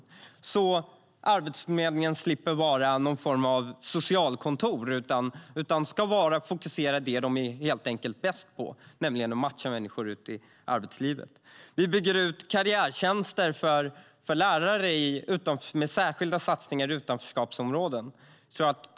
På så sätt slipper Arbetsförmedlingen vara någon form av socialkontor och kan fokusera på det de är bäst på, nämligen att matcha människor ut i arbetslivet. Vi bygger ut karriärtjänsterna för lärare med särskilda satsningar i utanförskapsområden.